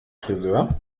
frisör